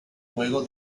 juego